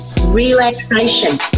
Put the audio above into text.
relaxation